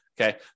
Okay